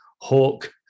Hawk